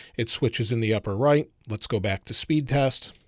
it switches in the upper, right? let's go back to speed test.